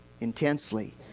intensely